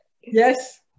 Yes